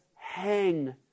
hang